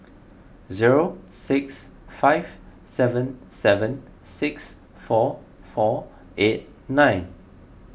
zero six five seven seven six four four eight nine